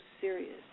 serious